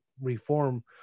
reform